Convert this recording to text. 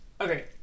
okay